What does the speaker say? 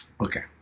Okay